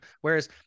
Whereas